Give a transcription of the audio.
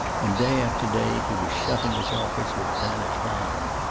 and, day after day, he was shut in his office with anna klein.